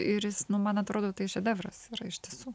ir jis nu man atrodo tai šedevras yra iš tiesų